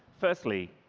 firstly,